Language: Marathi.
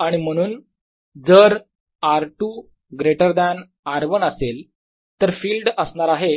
आणि म्हणून जर r 2 ग्रेटर दॅन r 1असेल तर फील्ड असणार आहे